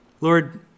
Lord